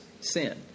sin